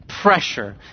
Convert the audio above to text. Pressure